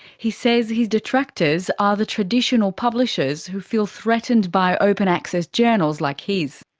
he says his detractors are the traditional publishers who feel threatened by open access journals like his.